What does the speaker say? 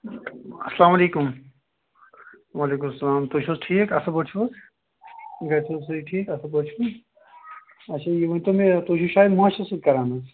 اَسلامُ عَلیکُم وَعلیکُم سَلام تُہۍ چھِوٕ حظ ٹھیٖک اصٕل پٲٹھۍ چھِوٕ حظ گَرٕ چھِوٕ حظ سٲری ٹھیٖک اصٕل پٲٹھۍ چھِو اچھا یہِ ؤنۍتَو مےٚ تُہۍ چھِوٕ شاید مٲنٛچھٚس سٍتۍ کٔران حظ